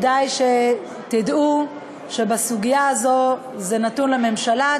תדעו שבסוגיה הזו זה נתון לממשלה,